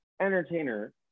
Entertainer